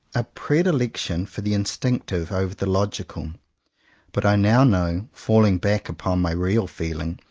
a predilection for the instinctive, over the logical but i now know, falling back upon my real feeling,